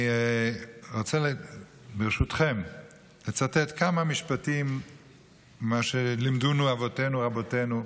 אני רוצה לצטט כמה משפטים מה שלימדונו אבותינו רבותינו.